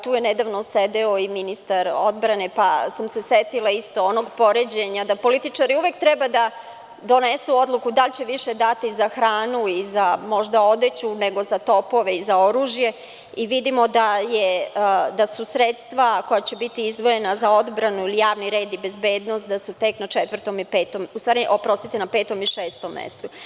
Tu je nedavno sedeo i ministar odbrane pa sam se setila isto onog poređenja da političari uvek treba da donesu odluku da li će više dati za hranu i za možda odeću nego za topove i za oružje i vidimo da su sredstva koja će biti izdvojena za odbranu ili javni red i bezbednost da su tek na petom i šestom mestu.